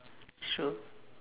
true